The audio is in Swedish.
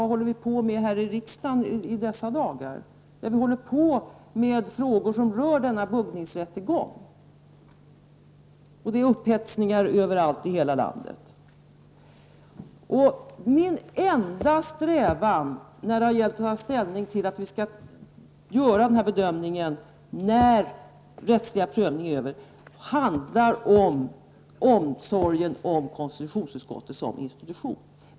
Vad håller vi på med här i riksdagen i dessa dagar? Jo, vi ägnar oss åt frågor som rör denna buggningsrättegång. Det råder ju upphetsning överallt i hela landet. Min enda strävan när det gällt att ta ställning till att vi skall göra den här bedömningen när den rättsliga prövningen är över handlar om omsorg om konstitutionsutskottet som institution.